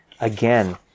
again